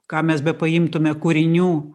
ką mes bepriimtume kūrinių